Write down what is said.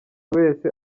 wese